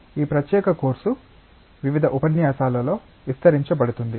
ఈ ప్రత్యేక కోర్సు వివిధ ఉపన్యాసాలలో విస్తరించబడుతుంది